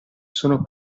sono